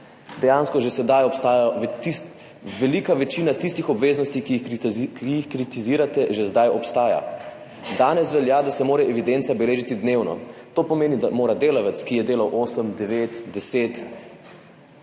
Dejansko že sedaj obstaja velika večina tistih obveznosti, ki jih kritizirate. Danes velja, da se mora evidenca beležiti dnevno, to pomeni, da mora delavec, ki je delal osem,